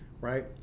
right